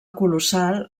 colossal